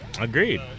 Agreed